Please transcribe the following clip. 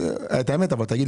טיבי, עמדתכם